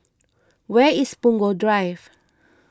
where is Punggol Drive